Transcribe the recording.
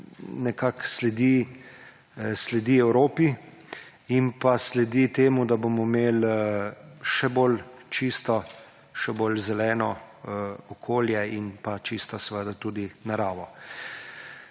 nekako sledi Evropi in sledi temu, da bomo imeli še bolj čisto, še bolj zeleno okolje in pa čisto tudi naravo.